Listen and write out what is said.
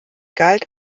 galt